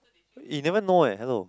he never know eh hello